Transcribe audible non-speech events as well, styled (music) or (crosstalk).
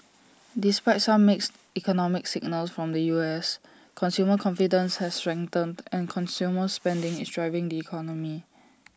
(noise) despite some mixed economic signals from the U S consumer confidence (noise) has strengthened and consumer (noise) spending is driving the economy